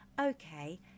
okay